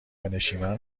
نشیمن